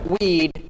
weed